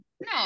no